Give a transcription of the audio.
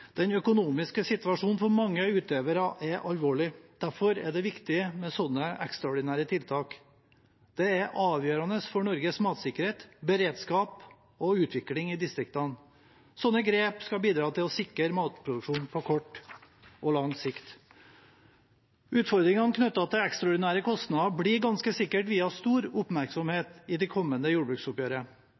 Den økonomiske situasjonen for mange utøvere er alvorlig. Derfor er det viktig med sånne ekstraordinære tiltak. Det er avgjørende for Norges matsikkerhet, beredskap og utvikling i distriktene. Sånne grep skal bidra til å sikre matproduksjon på kort og lang sikt. Utfordringene knyttet til ekstraordinære kostnader blir ganske sikkert viet stor oppmerksomhet i det kommende jordbruksoppgjøret.